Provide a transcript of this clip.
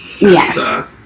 Yes